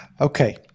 Okay